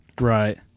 Right